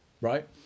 Right